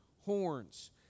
horns